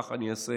כך אני אעשה.